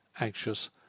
anxious